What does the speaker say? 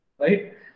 right